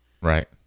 Right